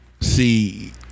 See